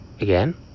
again